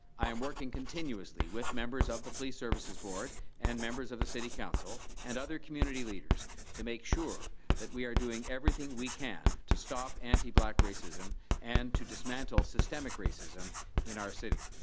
i am working continuously with members of the police services board and members of the city council and other community leaders to make sure that we are doing everything we can to stop anti black racism and to dismantle systemic racism in our city.